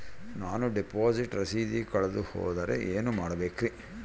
ನಾನು ಡಿಪಾಸಿಟ್ ರಸೇದಿ ಕಳೆದುಹೋದರೆ ಏನು ಮಾಡಬೇಕ್ರಿ?